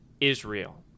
Israel